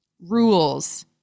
rules